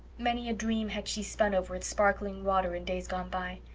many a dream had she spun over its sparkling water in days gone by.